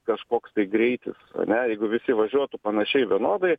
kažkoks tai greitis a ne jeigu visi važiuotų panašiai vienodai